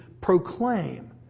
proclaim